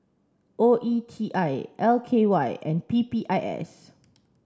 O E T I L K Y and P P I S